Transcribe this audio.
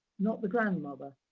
not the grandmother.